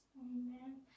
Amen